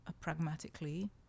pragmatically